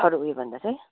अरू उयो भन्दा चाहिँ